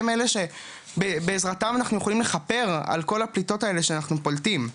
הם אלה שבעזרתם אנחנו יכולים לכפר על כל הפליטות האלה שאנחנו פולטים.